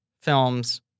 films